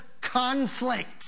conflict